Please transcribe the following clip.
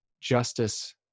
justice